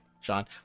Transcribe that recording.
Sean